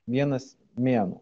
vienas mėnuo